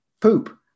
poop